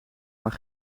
maar